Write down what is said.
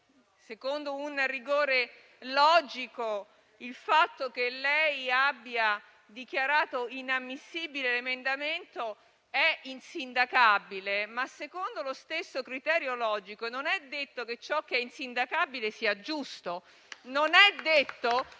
secondo un rigore logico, il fatto che lei abbia dichiarato inammissibile l'emendamento è insindacabile, ma, secondo lo stesso criterio logico, non è detto che ciò che è insindacabile sia giusto.